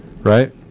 right